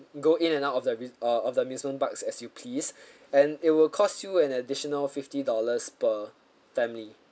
go in and out of the res~ of of the amusement parks as you please and it will cost you an additional fifty dollars per family